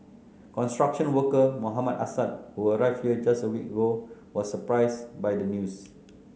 construction worker Mohammed Assad who arrived here just a week ago was surprise by the news